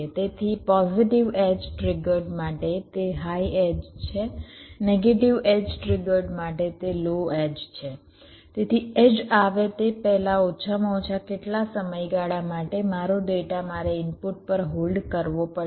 તેથી positive edge triggered માટે તે હાઈ એડ્જ છે નેગેટિવ એડ્જ ટ્રિગર્ડ માટે તે લો એડ્જ છે તેથી એડ્જ આવે તે પહેલાં ઓછામાં ઓછા કેટલા સમયગાળા માટે મારો ડેટા મારે ઇનપુટ પર હોલ્ડ કરવો પડશે